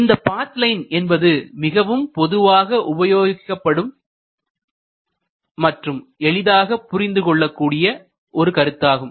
இந்த path line என்பது மிகப் பொதுவாக உபயோகிக்கப்படும் மற்றும் எளிதாக புரிந்து கொள்ளக்கூடிய ஒரு கருத்தாகும்